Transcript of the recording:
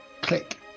click